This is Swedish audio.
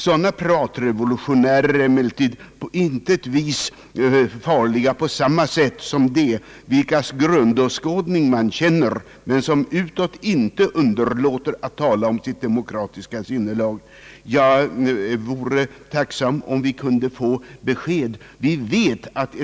Sådana pratrevolutionärer är emellertid inte farliga på samma sätt som de vilkas grundåskådning man känner men som utåt inte underlåter att tala om sitt demokratiska sinnelag. Jag vore tacksam om vi kunde få besked i denna fråga.